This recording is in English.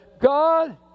God